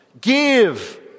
give